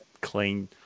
clean